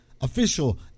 official